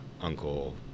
uncle